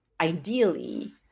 ideally